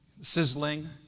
sizzling